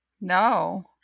No